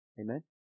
Amen